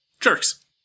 Jerks